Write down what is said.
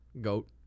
Goat